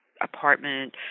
apartment